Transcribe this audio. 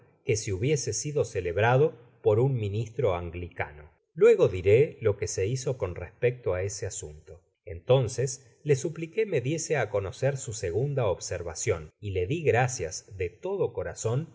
que si hubiese sido celebrado por un ministro anglicano content from google book search generated at luego diré lo que se hizo con respecto á ese asunto entonces le supliqué me diese á conocer su segunda observacion y le di gracias de todo corazon